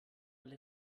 alle